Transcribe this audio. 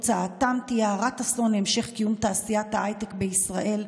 תוצאתם תהיה הרת אסון להמשך קיום תעשיית ההייטק בישראל,